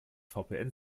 vpn